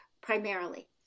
primarily